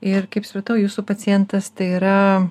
ir kaip supratau jūsų pacientas tai yra